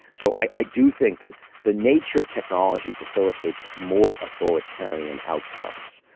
so i i do think that the nature of technology facilitates more authoritarian outcomes,